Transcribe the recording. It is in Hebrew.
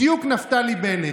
בדיוק נפתלי בנט.